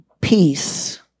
peace